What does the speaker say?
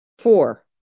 Four